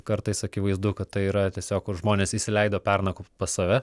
kartais akivaizdu kad tai yra tiesiog žmonės įsileido pernakvot pas save